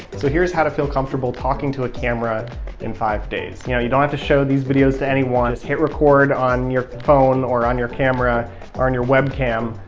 so here's how to feel comfortable talking to a camera in five days. you know you don't have to show these videos to anyone hit record on your phone or on your camera or on your webcam,